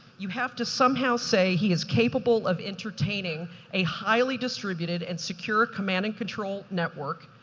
you have to somehow say he is capable of entertaining a highly distributed and secure command and control network,